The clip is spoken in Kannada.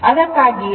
ಅದಕ್ಕಾಗಿಯೇ